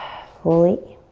fully.